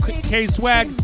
K-Swag